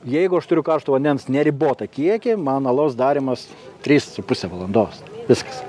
jeigu aš turiu karšto vandens neribotą kiekį man alaus darymas trys su puse valandos viskas